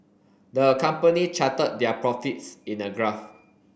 the company charted their profits in a graph